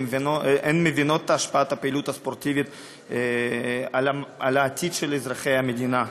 כי הן מבינות את השפעת הפעילות הספורטיבית על העתיד של אזרחי המדינה.